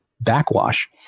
backwash